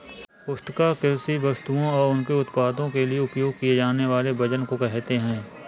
पुस्तिका कृषि वस्तुओं और उनके उत्पादों के लिए उपयोग किए जानेवाले वजन को कहेते है